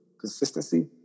consistency